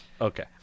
okay